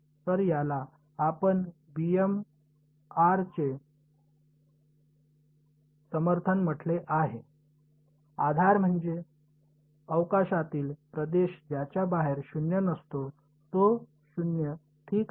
तर याला आपण r चे समर्थन म्हटले आहे आधार म्हणजे अवकाशातील प्रदेश ज्याच्या बाहेर शून्य नसतो तो 0 ठीक आहे